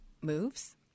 moves